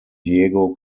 diego